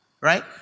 right